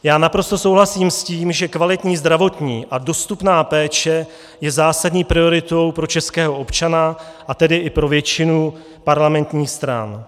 Já naprosto souhlasím s tím, že kvalitní zdravotní a dostupná péče je zásadní prioritou pro českého občana, a tedy i pro většinu parlamentních stran.